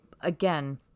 Again